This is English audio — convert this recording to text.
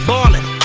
Ballin